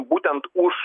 būtent už